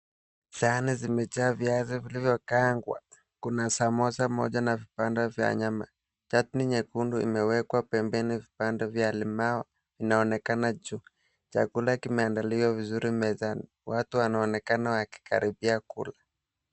Sahani zimejaa viazi vilivyokaangwa. Kuna samosa moja na vipande vya nyama. Chatni nyekundu imewekwa pembeni vipande vya limao vinaonekana juu. Chakula kimeandaliwa vizuri mezani. Watu wanaonekana wakikaribia kula.